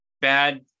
bad